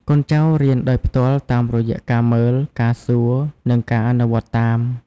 កូនចៅរៀនដោយផ្ទាល់តាមរយៈការមើល ការសួរ និងការអនុវត្តតាម។